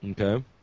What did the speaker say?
Okay